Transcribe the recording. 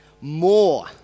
More